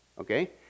Okay